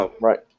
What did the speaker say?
right